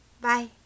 Bye